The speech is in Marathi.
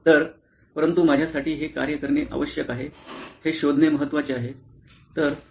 तर परंतु माझ्यासाठी हे कार्य करणे आवश्यक आहे हे शोधणे महत्त्वाचे आहे